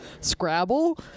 Scrabble